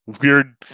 weird